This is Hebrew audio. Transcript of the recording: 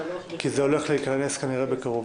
כי זה הולך להיכנס כנראה בקרוב.